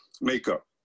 makeup